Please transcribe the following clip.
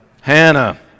Hannah